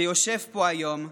שיושב פה היום,